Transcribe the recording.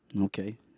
Okay